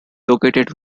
located